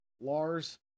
Lars